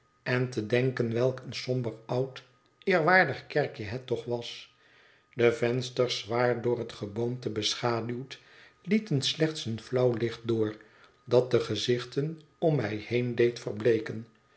en te denken welk een somber oud eerwaardig kerkje het toch was de vensters zwaar door het geboomte beschaduwd lieten slechts een flauw licht door dat de gezichten om mij heen deed verbleeken